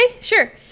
sure